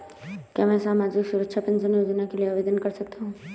क्या मैं सामाजिक सुरक्षा पेंशन योजना के लिए आवेदन कर सकता हूँ?